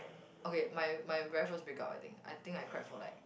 okay my my very first break up I think I think I cried for like